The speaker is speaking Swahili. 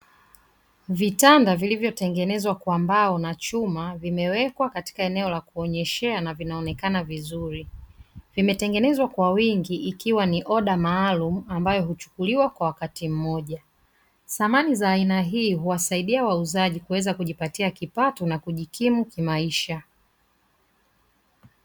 Vitanda vilivyotengenezwa kwa mbao na chuma vimewekwa katika eneo la kuonyeshea na vinaonekana vizuri. Vimetengenezwa kwa wingi ikiwa ni oda maalumu ambayo huchukuliwa kwa wakati mmoja. Samani za aina hii huwasaidia wauzaji kuweza kujipatia kipato na kujikimu kimaisha.